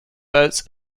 boats